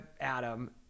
Adam